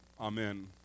Amen